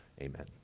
Amen